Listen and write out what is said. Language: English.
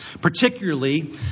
particularly